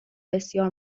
بسیار